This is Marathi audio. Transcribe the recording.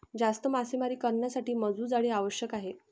जास्त मासेमारी करण्यासाठी मजबूत जाळी आवश्यक आहे